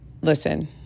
listen